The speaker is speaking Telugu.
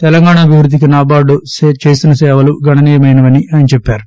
తెలంగాణ అభివృద్ధికి నాబార్గు సేవ గణనీయమైందని ఆయన చెప్పారు